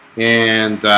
and